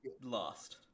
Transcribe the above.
lost